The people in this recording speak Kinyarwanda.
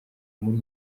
muri